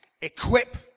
Equip